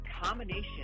combination